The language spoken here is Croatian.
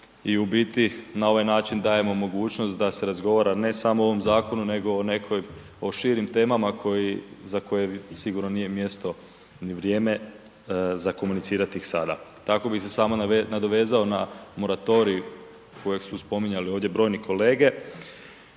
i u biti na ovaj način dajemo mogućnost da se razgovara, ne samo o ovom zakonu, nego o nekoj, o širim temama za koje sigurno nije mjesto ni vrijeme za komunicirati ih sada. Tako bih se samo nadovezao na moratorij kojeg su spominjali ovdje brojni kolege